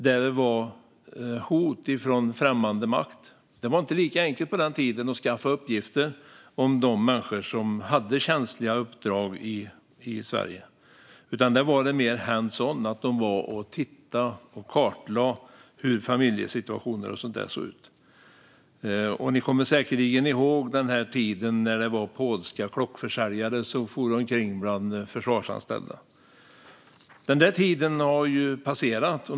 Det kunde handla om hot från främmande makt. På den tiden var det inte lika enkelt som nu att skaffa uppgifter om människor som har känsliga uppdrag i Sverige, utan det handlade mer om hands-on - man kom och tittade och kartlade hur familjesituationen och sådant såg ut. Ni kommer säkerligen ihåg tiden när polska klockförsäljare for omkring bland försvarsanställda. Den tiden har passerat.